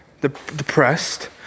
depressed